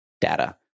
data